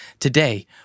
Today